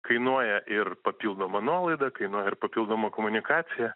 kainuoja ir papildoma nuolaida kainuoja ir papildoma komunikacija